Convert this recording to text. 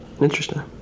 Interesting